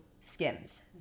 skims